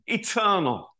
eternal